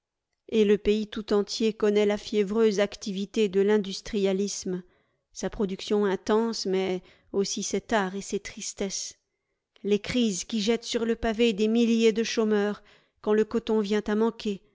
et le pays tout entier connaît la fiévreuse activité de l'industrialisme sa production intense mais aussi ses tares et ses tristesses les crises qui jettent sur le pavé des milliers de chômeurs quand le coton vient à manquer